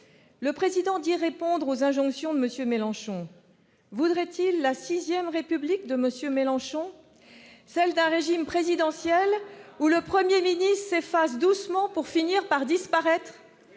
Le Président dit répondre aux injonctions de M. Mélenchon. Voudrait-il la Vl République de M. Mélenchon, celle d'un régime présidentiel où le Premier ministre s'efface doucement pour finir par disparaître ?